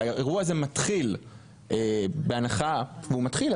והאירוע הזה מתחיל בהנחה והוא מתחיל,